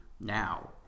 now